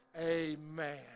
Amen